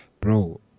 bro